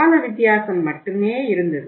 கால வித்தியாசம் மட்டுமே இருந்தது